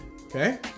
Okay